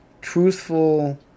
truthful